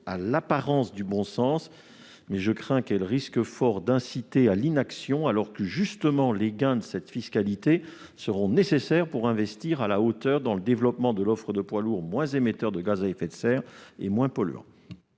a l'apparence du bon sens, mais elle risque fort d'inciter à l'inaction, alors même que les gains de cette fiscalité seront nécessaires pour investir à la hauteur dans le développement de l'offre de poids lourds moins émetteurs de gaz à effet de serre et moins polluants.